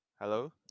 Hello